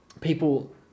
people